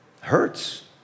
Hurts